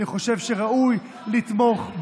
אני חושב שראוי לתמוך,